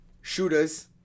Shooters